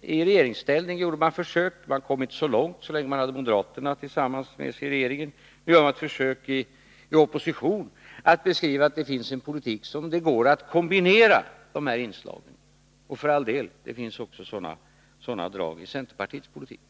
i regeringsställning gjorde försök — man kom inte så långt så länge man hade moderaterna med sig i regeringen — och nu gör man försök i oppositionsställning att beskriva att det finns en politik som gör det möjligt att kombinera de här inslagen. Det finns för all del också sådana drag i centerpartiets politik.